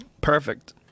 Perfect